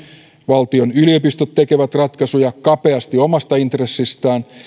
valtion yliopistot tekevät ratkaisuja kapeasti omasta intressistään